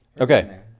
Okay